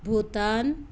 Bhutan